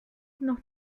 noch